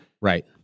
Right